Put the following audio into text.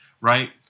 right